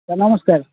sir ନମସ୍କାର